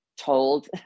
told